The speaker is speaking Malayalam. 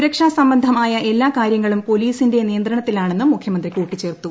സുരക്ഷാ സംബന്ധമായ എല്ലാ കാര്യങ്ങളും പോലീസിന്റെ നിയന്ത്രണത്തിലാണെന്നും മുഖ്യമന്ത്രി കൂട്ടിച്ചേർത്തു